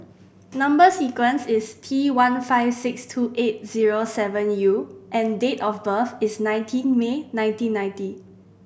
number sequence is T one five six two eight zero seven U and date of birth is nineteen May nineteen ninety